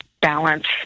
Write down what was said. balance